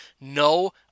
No